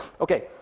Okay